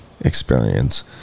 experience